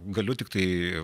galiu tiktai